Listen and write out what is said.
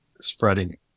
Spreading